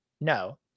No